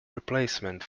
replacement